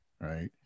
right